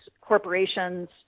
corporations